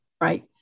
right